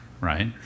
right